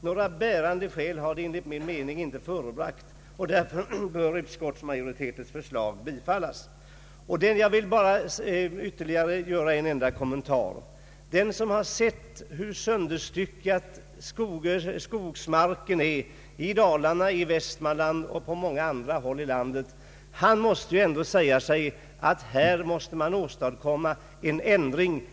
Några bärande skäl har de enligt min mening inte framlagt, och därför bör utskottsmajoritetens förslag bifallas. Jag vill bara ytterligare göra en enda kommentar. Den som sett hur sönderstyckad skogsmarken är i Dalarna, i Västmanland och på många andra håll i landet måste säga sig, att man här måste åstadkomma en ändring.